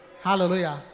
Hallelujah